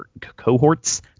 cohorts